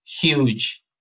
huge